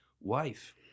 wife